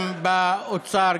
גם באוצר,